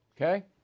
Okay